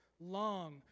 long